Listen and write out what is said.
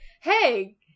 hey